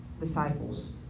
disciples